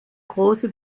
große